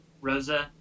Rosa